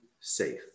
safe